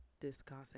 discussing